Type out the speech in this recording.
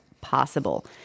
possible